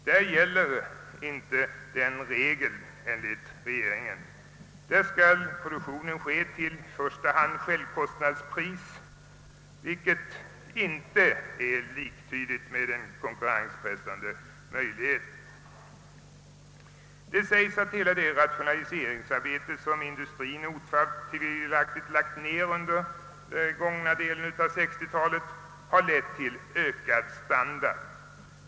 Där gäller enligt regeringen inte denna regel. Där skall produktionen i första hand ske till självkostnadspris, vilket innebär att priset får bli vad det blir. Det sägs att hela det rationaliseringsarbete som industrien otvivelaktigt har lagt ned under den gångna delen av 1960-talet har lett till ökad standard.